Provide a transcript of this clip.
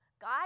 God